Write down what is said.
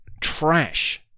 trash